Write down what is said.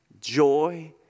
joy